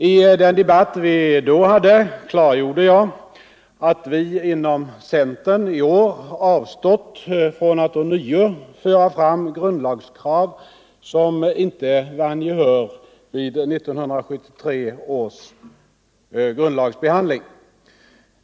I den debatt som då fördes klargjorde jag att vi inom centern i år avstått från att ånyo föra fram de grundlagskrav, som inte vann gehör vid 1973 års grundlagsbehandling.